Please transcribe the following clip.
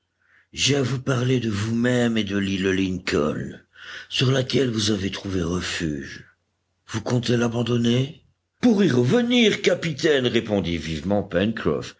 j'ai à vous parler de vous-mêmes et de l'île lincoln sur laquelle vous avez trouvé refuge vous comptez l'abandonner pour y revenir capitaine répondit vivement